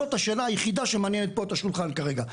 זאת השאלה היחידה שמעניינת פה את השולחן כרגע,